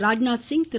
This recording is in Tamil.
ராஜ்நாத் சிங் திரு